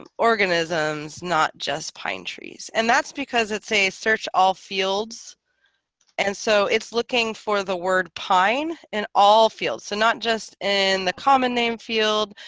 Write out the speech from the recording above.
um organisms not just pine trees and that's because it's a search all fields and so it's looking for the word pine in all fields so not just in the common name field,